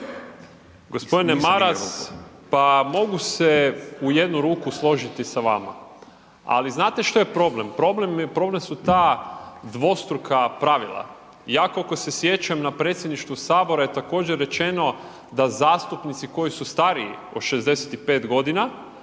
g. Maras, pa mogu se u jednu ruku složiti sa vama. Ali znate što je problem? Problem je, problem su ta dvostruka pravila. Ja koliko se sjećam na predsjedništva sabora je također rečeno da zastupnici koji su stariji od 65.g.